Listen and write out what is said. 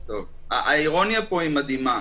האירוניה פה היא מדהימה.